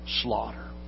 slaughter